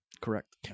Correct